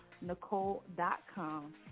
nicole.com